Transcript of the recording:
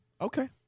Okay